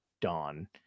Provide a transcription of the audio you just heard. dawn